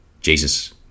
Jesus